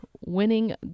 winning